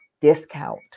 discount